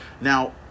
now